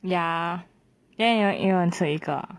ya then 你们一人吃一个